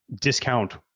discount